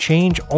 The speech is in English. Change